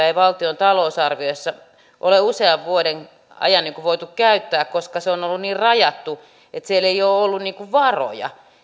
ei valtion talousarviossa ole usean vuoden ajan voitu käyttää koska se on ollut niin rajattu että siellä ei ole ole ollut varoja